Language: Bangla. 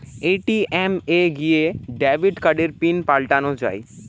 এ.টি.এম এ গিয়ে ডেবিট কার্ডের পিন পাল্টানো যায়